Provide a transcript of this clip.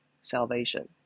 salvation